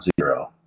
zero